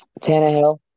Tannehill